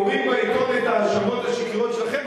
קוראים בעיתון את ההאשמות השקריות שלכם,